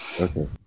Okay